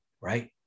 right